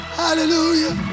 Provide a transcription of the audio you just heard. hallelujah